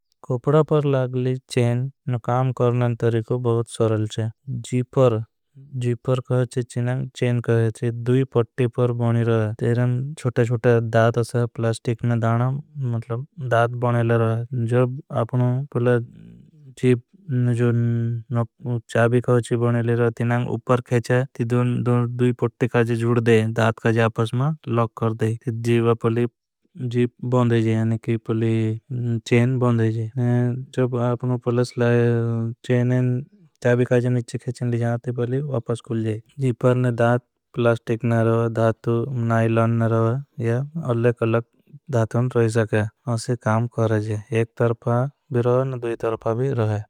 पर लागली चेन काम करना तरीको बहुत सरल छे जीपर। कहा चेन कहा चेन कहा चे दूई पटी पर बनी रहा है छोटा। छोटा दाद असा प्लास्टिक ना दाना मतलब दाद बने ले। रहा है आपने जीप चाबी काजी बने। ले रहा है तीनां उपर खेचा ती दूई पटी। काजी जूड़ दे काजी आपस मां लॉक कर दे बन देजे पली। चेन बन देजे आपने पलस ले चेन ने चाबी काजी निची खेचें। ले जाना ती पली वापस खुल जे ने दाद प्लास्टिक ना रहा। है धातु नाईलॉन ना रहा है या अले कलक धातुन रही सके। असी काम कर जी एक तरपा भी रहा है न दूई तरपा भी। रहा है।